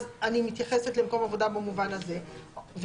אז אני מתייחסת למקום עבודה במובן הזה ובשאר